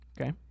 Okay